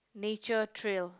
nature trail